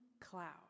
cloud